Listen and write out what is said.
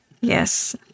Yes